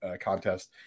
contest